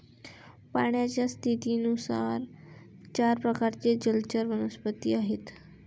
पाण्याच्या स्थितीनुसार चार प्रकारचे जलचर वनस्पती आहेत